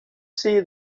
see